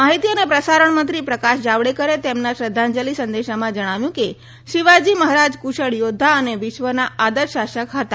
માહીતી અને પ્રસારણમંત્રી પ્રકાશ જાવડેકરે તેમના શ્રદ્ધાંજલિ સંદેશામાં જણાવ્યું કે શિવાજી મહારાજ કુશળ યોદ્ધા અને વિવાના આદર્શ શાશક હતા